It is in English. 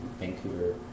Vancouver